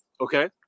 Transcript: Okay